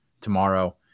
tomorrow